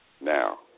now